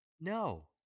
No